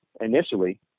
initially